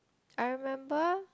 I remember